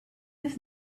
his